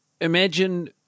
Imagine